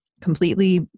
completely